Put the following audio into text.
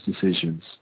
decisions